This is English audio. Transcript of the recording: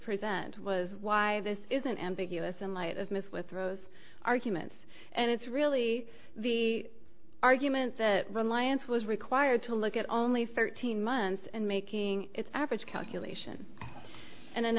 present was why this isn't ambiguous in light of miss with those arguments and it's really the argument that reliance was required to look at only thirteen months and making its average calculation and